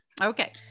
Okay